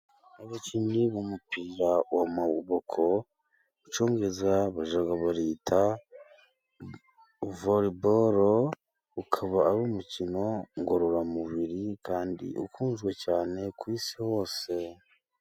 Abakinnyi bumupira wamaboko mucyongereza bajya bita volleyball ukaba ari umukino ngororamubiri kandi ukunzwe cyane ku isi hose.